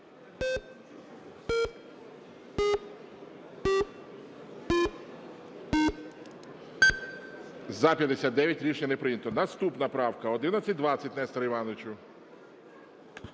За-59 Рішення не прийнято. Наступна правка 1120, Несторе Івановичу.